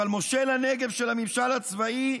אבל מושל הנגב של הממשל הצבאי,